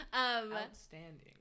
Outstanding